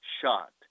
shot